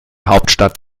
hauptstadt